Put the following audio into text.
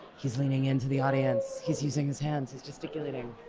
he's leaning into the audience. he's using his hands he's gesticulating!